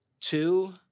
Two